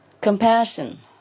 compassion